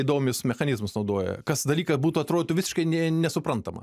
įdomius mechanizmus naudoja kas dalyką būtų atrodytų visiškai nesuprantama